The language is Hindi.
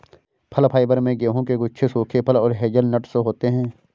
फल फाइबर में गेहूं के गुच्छे सूखे फल और हेज़लनट्स होते हैं